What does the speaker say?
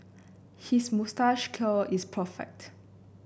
his moustache curl is perfect